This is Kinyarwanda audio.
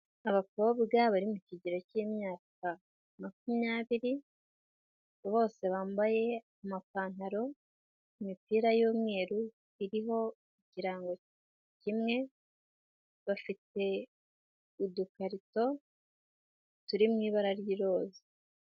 Abakobwa bari mu kigero cy'imyaka makumyabiri, bose bambaye amapantaro, imipira y'umweru iriho ikirango kimwe, bafite udukarito turi mu ibara ry'iroza.